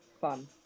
fun